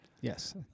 Yes